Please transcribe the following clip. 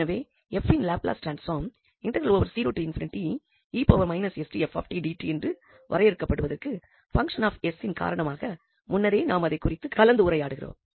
எனவே 𝑓 இன் Laplace transform என்று வரையறுக்கப்படுவதற்கு பங்சன் ஆப் 𝑠 இன் காரணமாக முன்னரே நாம் அதனை குறித்து கலந்துரையாடுகிறோம்